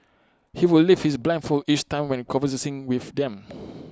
he would lift his blindfold each time when conversing with them